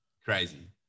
Crazy